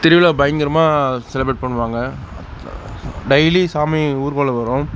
திருவிழா பயங்கரமாக செலிபிரேட் பண்ணுவாங்க டெய்லி சாமி ஊர்வலம் வரும்